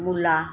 মূলা